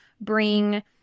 bring